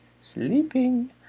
sleeping